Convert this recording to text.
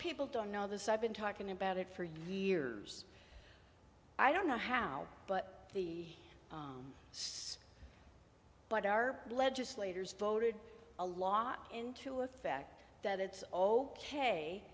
people don't know this i've been talking about it for years i don't know how but the but our legislators voted a lot into effect that it's